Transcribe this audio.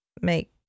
make